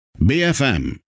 bfm